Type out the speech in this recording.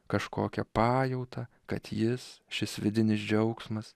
kažkokią pajautą kad jis šis vidinis džiaugsmas